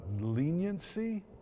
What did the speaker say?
leniency